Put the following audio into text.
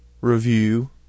review